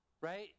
right